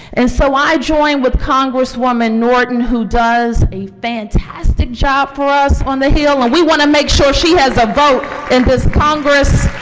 and so i join with congresswoman norton who does a fantastic job for us on the hill and we want to make sure she has a vote in this congress.